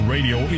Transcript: Radio